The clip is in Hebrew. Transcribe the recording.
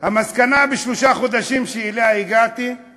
המסקנה משלושת החודשים שאליה הגעתי היא